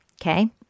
okay